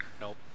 Nope